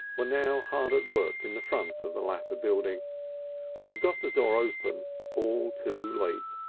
were now hard at work in the front of the latter building they had got the door open all too late,